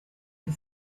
her